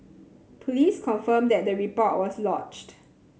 police confirmed that the report was lodged